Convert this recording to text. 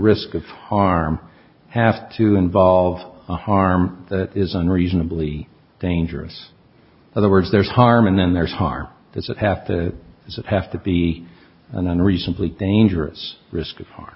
risk of harm have to involve a harm that is unreasonably dangerous for the words there's harm and then there's harm does it have to because of have to be an unreasonably dangerous risk for